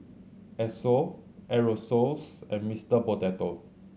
Esso Aerosoles and Mister Potato